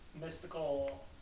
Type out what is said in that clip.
mystical